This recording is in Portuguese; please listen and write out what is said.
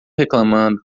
reclamando